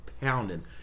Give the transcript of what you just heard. pounding